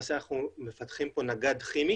ולמעשה אנחנו מפתחים פה נגד כימי